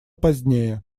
позднее